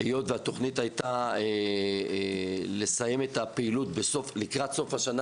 היות שהתוכנית הייתה לסיים את הפעילות לקראת סוף השנה